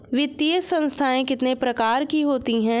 वित्तीय संस्थाएं कितने प्रकार की होती हैं?